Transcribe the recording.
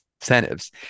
incentives